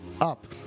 up